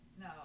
No